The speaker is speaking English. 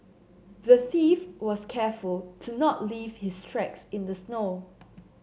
the thief was careful to not leave his tracks in the snow